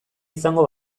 izango